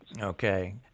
Okay